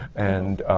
and